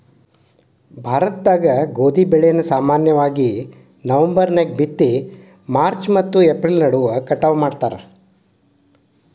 ಭಾರತದಾಗ ಗೋಧಿ ಬೆಳೆಯನ್ನ ಸಾಮಾನ್ಯವಾಗಿ ನವೆಂಬರ್ ನ್ಯಾಗ ಬಿತ್ತಿ ಮತ್ತು ಮಾರ್ಚ್ ಮತ್ತು ಏಪ್ರಿಲ್ ನಡುವ ಕಟಾವ ಮಾಡ್ತಾರ